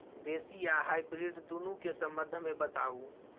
देसी आ हाइब्रिड दुनू के संबंध मे बताऊ?